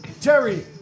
Terry